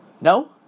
No